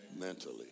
mentally